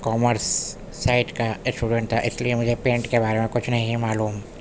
commerce side کا student تھا اس لیے مجھے پینٹ کے بارے میں کچھ نہیں معلوم